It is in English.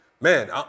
Man